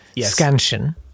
scansion